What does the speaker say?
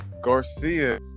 Garcia